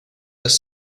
las